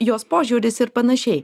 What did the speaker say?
jos požiūris ir panašiai